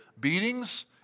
beatings